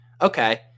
Okay